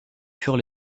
furent